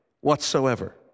whatsoever